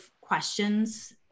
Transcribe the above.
questions